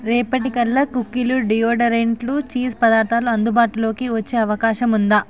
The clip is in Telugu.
రేపటికల్లా కుకీలు డియోడరెంట్లు చీజ్ పదార్థాలు అందుబాటులోకి వచ్చే అవకాశం ఉందా